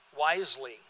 wisely